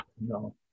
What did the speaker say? No